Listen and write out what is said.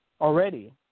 already